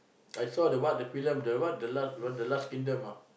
I saw the what the film the what the last the last kingdom ah